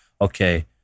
Okay